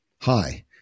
hi